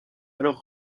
alors